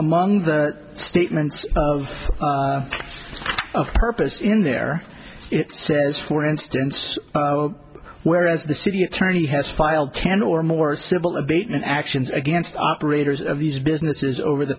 among the statements of purpose in there it says for instance whereas the city attorney has filed ten or more civil abatement actions against operators of these businesses over the